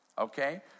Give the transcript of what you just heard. okay